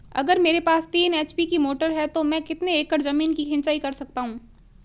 अगर मेरे पास तीन एच.पी की मोटर है तो मैं कितने एकड़ ज़मीन की सिंचाई कर सकता हूँ?